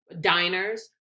diners